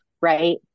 right